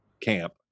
camp